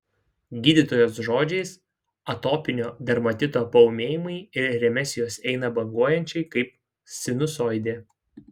gydytojos žodžiais atopinio dermatito paūmėjimai ir remisijos eina banguojančiai kaip sinusoidė